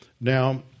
Now